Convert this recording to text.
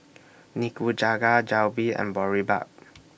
Nikujaga Jalebi and Boribap